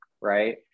right